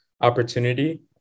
opportunity